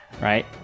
right